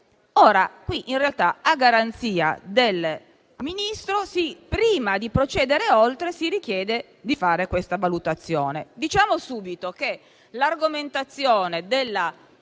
Ora qui, in realtà, a garanzia del Ministro, prima di procedere oltre, si richiede di fare questa valutazione. Diciamo subito che l'argomentazione della